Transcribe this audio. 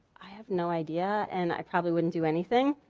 i have no idea and i probably wouldn't do anything.